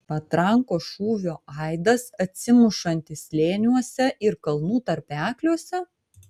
patrankos šūvio aidas atsimušantis slėniuose ir kalnų tarpekliuose